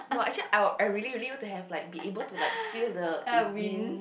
no actually I would I really really want to have like be able to like feel the wind